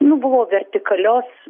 nu buvo vertikalios